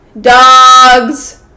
dogs